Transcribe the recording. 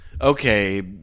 okay